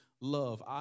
love